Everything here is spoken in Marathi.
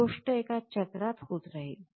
ही गोष्ट एका चक्रात होत राहील